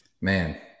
man